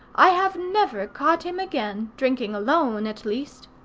i have never caught him again, drinking alone at least.